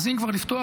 אם כבר לפתוח,